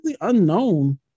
unknown